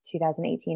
2018